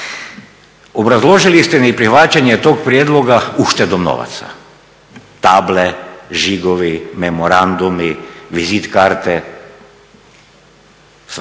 Obrazložili ste neprihvaćanje tog prijedloga uštedom novaca. Table, žigovi, memorandumi, vizit karte, svašta.